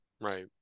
Right